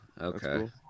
Okay